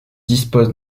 dispose